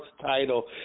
title